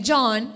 John